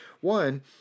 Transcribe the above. One